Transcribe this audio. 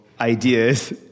ideas